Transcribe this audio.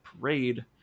parade